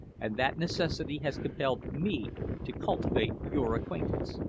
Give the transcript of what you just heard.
and that necessity has compelled me to cultivate your acquaintance.